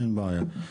אין בעיה.